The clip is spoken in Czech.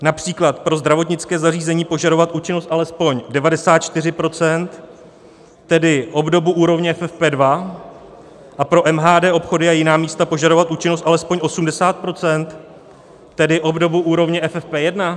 Například pro zdravotnické zařízení požadovat účinnost alespoň 94 %, tedy obdobu úrovně FFP2, a pro MHD, obchody a jiná místa požadovat účinnost alespoň 80 %, tedy obdobu úrovně FFP1?